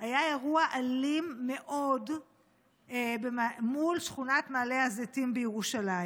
היה אירוע אלים מאוד מול שכונת מעלה הזיתים בירושלים.